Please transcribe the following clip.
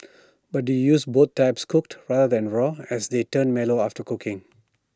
but do use both types cooked rather than raw as they turn mellow after cooking